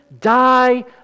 die